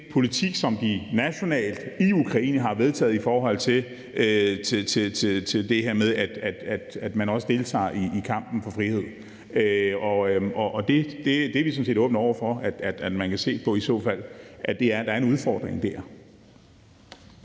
politik, som de nationalt i Ukraine har vedtaget i forhold til det her med, at man også deltager i kampen for frihed. Det er vi sådan set åbne over for at man kan se på, ifald der er en udfordring der.